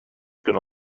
gonna